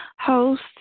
Host